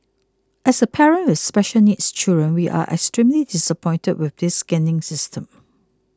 as a parent with special needs children we are extremely disappointed with this scanning system